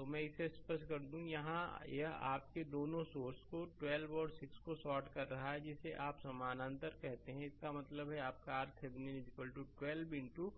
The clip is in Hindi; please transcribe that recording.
तो मैं इसे स्पष्ट कर दूं यहाँ यह आपके दोनों सोर्स को 12 और 6 को शार्ट कर रहा है जिसे आप समानांतर कहते हैं इसका मतलब है आपका RThevenin 12 इनटू